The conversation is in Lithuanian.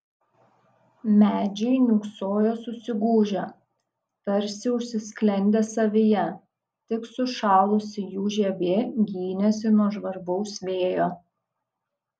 medžiai niūksojo susigūžę tarsi užsisklendę savyje tik sušalusi jų žievė gynėsi nuo žvarbaus vėjo